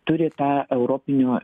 turi tą europinio